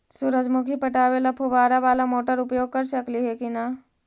सुरजमुखी पटावे ल फुबारा बाला मोटर उपयोग कर सकली हे की न?